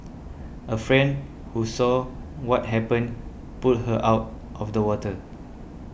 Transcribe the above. a friend who saw what happened pulled her out of the water